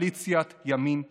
קואליציית ימין יציבה.